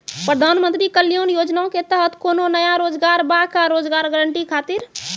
प्रधानमंत्री कल्याण योजना के तहत कोनो नया योजना बा का रोजगार गारंटी खातिर?